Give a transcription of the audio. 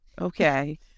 Okay